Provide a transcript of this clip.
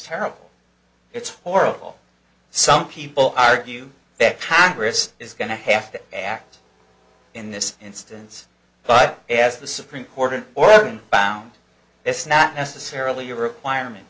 terrible it's horrible some people argue that tagaris is going to have to act in this instance but as the supreme court in oregon found it's not necessarily a requirement